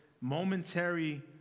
momentary